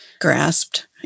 grasped